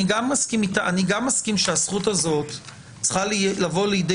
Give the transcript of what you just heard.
גם אני מסכים שהזכות הזאת צריכה לבוא לידי